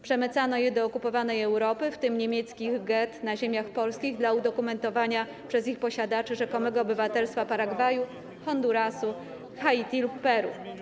Przemycano je do okupowanej Europy, w tym do niemieckich gett na ziemiach polskich, dla udokumentowania przez ich posiadaczy rzekomego obywatelstwa Paragwaju, Hondurasu, Haiti lub Peru.